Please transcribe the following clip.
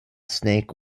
snake